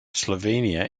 slovenia